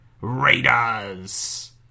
Raiders